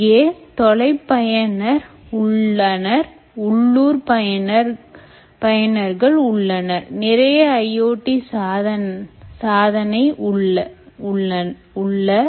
இங்கே தொலை பயனர்கள் உள்ளனர் உள்ளூர் பயனர்கள் உள்ளனர் நிறைய IoT சாதனை உள்ள